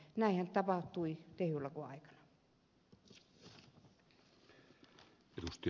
näinhän tapahtui tehyn lakon aikana